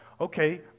Okay